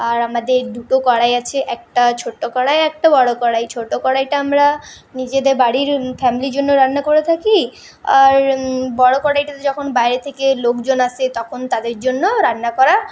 আর আমাদের দুটো কড়াই আছে একটা ছোট্টো কড়াই একটা বড় কড়াই ছোটো কড়াইটা আমরা নিজেদের বাড়ির ফ্যামিলির জন্য রান্না করে থাকি আর বড় কড়াইটাতে যখন বাইরে থেকে লোকজন আসে তখন তাদের জন্য রান্না করা